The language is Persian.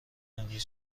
امروز